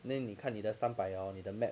那你看你的三百 ah 你的 map